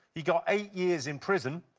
he got eight years in prison.